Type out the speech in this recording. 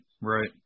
right